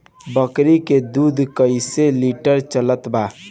बकरी के दूध कइसे लिटर चलत बा?